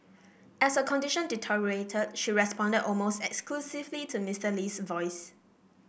as her condition deteriorated she responded almost exclusively to Mister Lee's voice